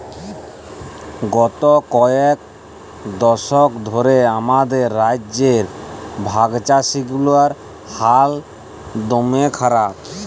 গত কয়েক দশক ধ্যরে আমাদের রাজ্যে ভাগচাষীগিলার হাল দম্যে খারাপ